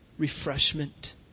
refreshment